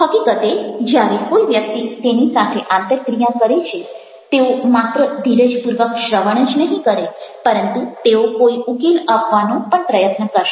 હકીકતે જ્યારે કોઈ વ્યક્તિ તેની સાથે આંતરક્રિયા કરે છે તેઓ માત્ર ધીરજપૂર્વક શ્રવણ જ નહિ કરે પરંતુ તેઓ કોઇ ઉકેલ આપવાનો પણ પ્રયત્ન કરશે